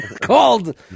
Called